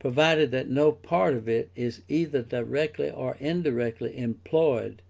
provided that no part of it is either directly or indirectly employed